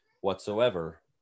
whatsoever